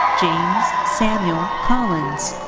james samuel collins.